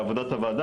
לעבודת העבודה,